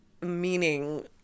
meaning